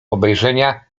obejrzenia